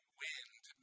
wind